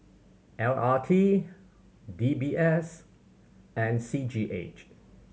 L R T D B S and C G H